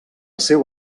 seu